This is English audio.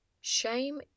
Shame